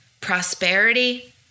prosperity